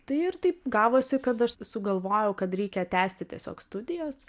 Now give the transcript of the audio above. tai ir taip gavosi kad aš sugalvojau kad reikia tęsti tiesiog studijas